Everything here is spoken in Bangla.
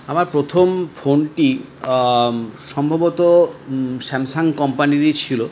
আমার প্রথম ফোনটি সম্ভবত স্যামসাং কোম্পানিরই ছিল